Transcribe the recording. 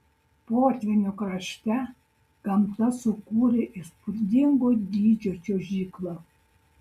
potvynių krašte gamta sukūrė įspūdingo dydžio čiuožyklą